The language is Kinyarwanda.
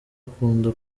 akunda